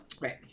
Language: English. Right